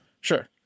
Sure